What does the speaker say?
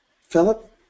Philip